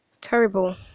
Terrible